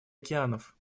океанов